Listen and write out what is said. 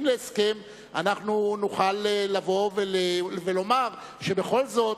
כלשהם להסכם אנחנו נוכל לבוא ולומר שבכל זאת,